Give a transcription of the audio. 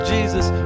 Jesus